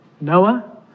Noah